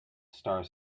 star